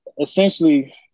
Essentially